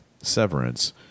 Severance